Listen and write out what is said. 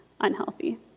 unhealthy